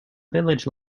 village